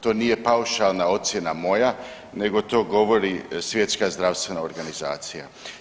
To nije paušalna ocjena moja nego to govori Svjetska zdravstvena organizacija.